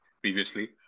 previously